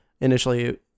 initially